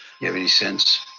you have any sense?